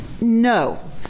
No